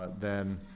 then